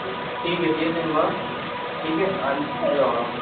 ठीक है दे दूँगा ठीक है आज ही आ जाओ आप